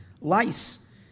lice